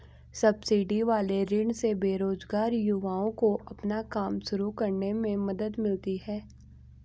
subsidy वाले ऋण से बेरोजगार युवाओं को अपना काम शुरू करने में मदद मिलती है